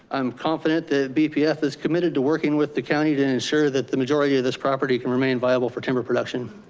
i'm confident that bpf is committed to working with the county to ensure that the majority of this property can remain viable for timber production.